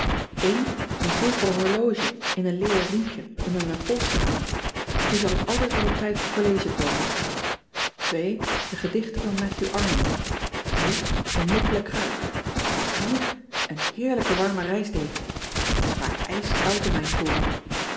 en zilveren horloge in een leeren riempje om aan mijn pols te dragen u zal ik altijd wel op tijd op college komen e gedichten van atthew rnold en nikkelen kruik en heerlijke warme reisdeken et is vaak ijskoud in mijn toren